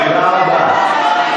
תודה רבה.